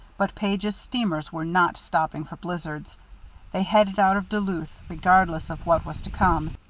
but page's steamers were not stopping for blizzards they headed out of duluth regardless of what was to come.